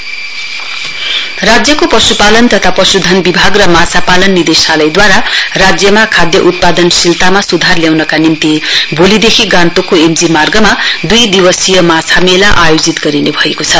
fish मेला राज्यको पश्पालन तथा पश्धन विभाग र माछा पालन निदेशालयद्वारास राज्यमा खाद्य श्रङ्खला उत्पादनशीलतामा सुधार ल्याउनका निम्ति भोलिदेखि गान्तोकको एम जी मार्गमा दुई दिवसीय माछा मेला आयोजित गरिने भएको छ